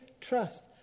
trust